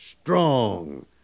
Strong